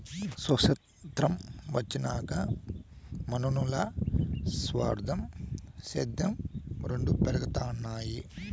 సొతంత్రం వచ్చినాక మనునుల్ల స్వార్థం, సేద్యం రెండు పెరగతన్నాయి